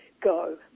go